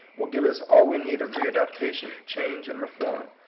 will give us all we need of readaptation, change, and reform,